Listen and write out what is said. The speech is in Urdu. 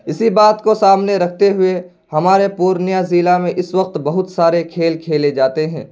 اسی بات کو سامنے رکھتے ہوئے ہمارے پورنیہ ضلع میں اس وقت بہت سارے کھیل کھیلے جاتے ہیں